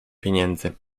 pieniędzy